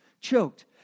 choked